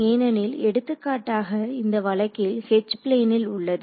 ஏனெனில் எடுத்துக்காட்டாக இந்த வழக்கில் H பிளேனில் உள்ளது